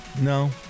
No